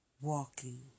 walking